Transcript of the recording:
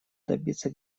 добиться